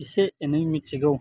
इसे एनै मिथिगौ